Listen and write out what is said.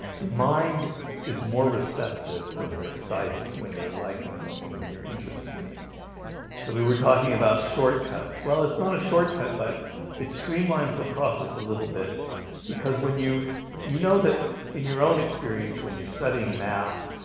the mind is more receptive when you're excited when you're liking something when you're interested in it so we were talking about shortcuts. well, it's not a shortcut but it streamlines the process a little bit because when you you know that in your own experience when you're studying math,